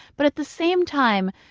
but at the same time,